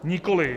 Nikoli.